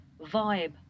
vibe